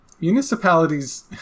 Municipalities